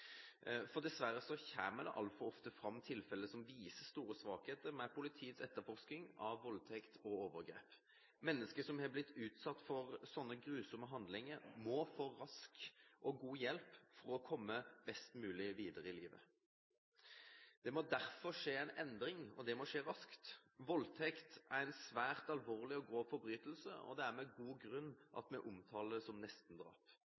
Dessverre kommer det altfor ofte fram tilfeller som viser store svakheter ved politiets etterforskning av voldtekt og overgrep. Mennesker som har blitt utsatt for slike grusomme handlinger, må få rask og god hjelp for å komme best mulig videre i livet. Det må derfor skje en endring, og det må skje raskt. Voldtekt er en svært alvorlig og grov forbrytelse, og det er med god grunn vi omtaler det som